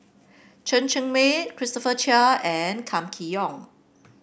Chen Cheng Mei Christopher Chia and Kam Kee Yong